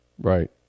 Right